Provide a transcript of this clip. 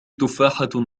تفاحة